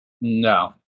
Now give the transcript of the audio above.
No